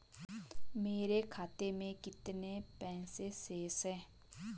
मेरे खाते में कितने पैसे शेष हैं?